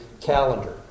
calendar